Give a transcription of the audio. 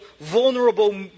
vulnerable